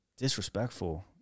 disrespectful